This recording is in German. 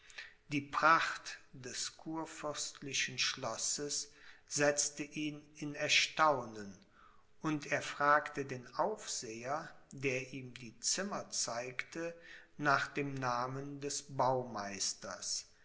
die pracht des kurfürstlichen schlosses setzte ihn in erstaunen und er fragte den aufseher der ihm die zimmer zeigte nach dem namen des baumeisters